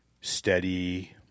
steady